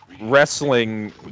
Wrestling